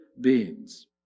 beings